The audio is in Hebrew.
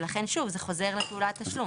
ולכן, שוב, זה חוזר לפעולת תשלום.